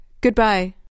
goodbye